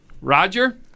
Roger